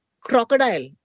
crocodile